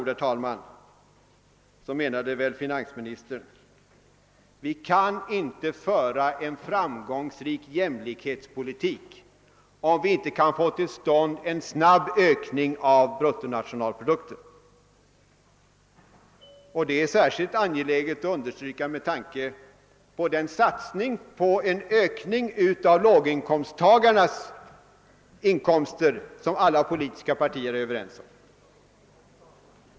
Med andra ord menade väl finansministern, att vi inte kan föra en framgångsrik jämlikhetspolitik, om vi inte kan få till stånd en snabb ökning av bruttonationalprodukten. Det är särskilt angeläget att understryka detta med tanke på den satsning på en ökning av låginkomsttagarnas inkoms ter som alla politiska partier är ense om.